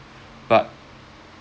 but